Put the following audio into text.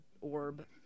orb